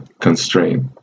constraint